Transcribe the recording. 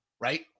Right